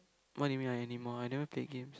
what do you mean by anymore I never played games